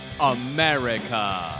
America